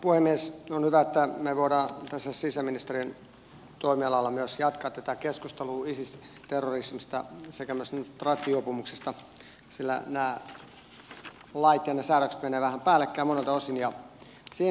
on hyvä että me voimme tässä sisäministeriön toimialalla myös jatkaa tätä keskustelua isis terrorismista sekä myös rattijuopumuksista sillä nämä lait ja säädökset menevät vähän päällekkäin monelta osin